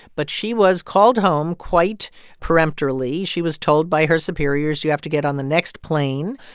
but she was called home quite peremptorily. she was told by her superiors, you have to get on the next plane.